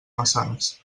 maçanes